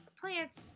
plants